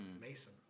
Mason